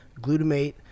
glutamate